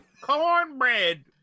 cornbread